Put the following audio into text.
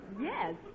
Yes